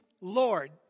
Lord